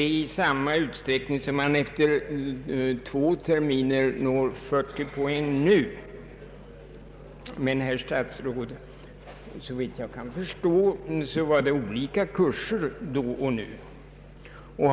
i samma utsträckning som de nuvarande studenterna efter två terminer uppnår 40 poäng. Men, herr statsråd, såvitt jag kan förstå var kurserna 1963 och 1969 olika.